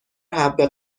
حبه